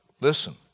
listen